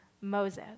Moses